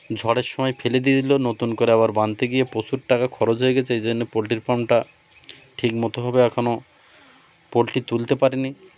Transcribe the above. ঝড়ের সময় ফেলে দিয়েছিল নতুন করে আবার বাঁধতে গিয়ে প্রচুর টাকা খরচ হয়ে গেছে এই জন্য পোলট্রির ফার্মটা ঠিকমতোভাবে এখনও পোলট্রি তুলতে পারিনি